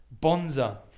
Bonza